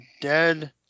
dead